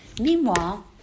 meanwhile